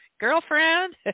Girlfriend